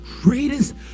greatest